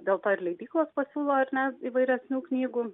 dėl to ir leidyklos pasiūlo ar ne įvairesnių knygų